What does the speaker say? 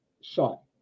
shot